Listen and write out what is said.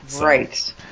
Right